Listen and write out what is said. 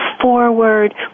forward